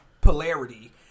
polarity